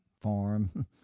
farm